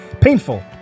painful